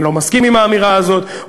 אני לא מסכים לאמירה הזאת.